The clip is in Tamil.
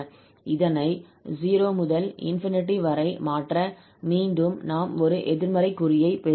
இதனை 0 முதல் ∞ வரை மாற்ற மீண்டும் நாம் ஒரு எதிர்மறை குறியை பெறுகிறோம்